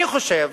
אני חושב